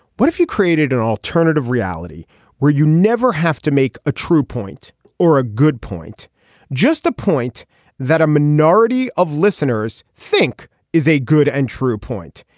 what if you created an alternative reality where you never have to make a true point or a good point just a point that a minority of listeners think is a good and true point.